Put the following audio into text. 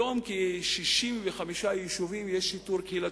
היום ב-65 יישובים יש שיטור קהילתי,